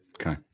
Okay